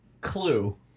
Clue